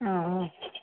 ହଁ